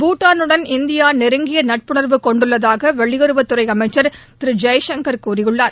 பூட்டானுடன் India நெருங்கிய நட்புணா்வு கொண்டுள்ளதாக வெளியுறவு அமைச்சா் திரு ஜெய்சங்கர் கூறியுள்ளார்